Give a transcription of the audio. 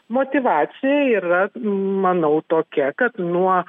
motyvacija yra manau tokia kad nuo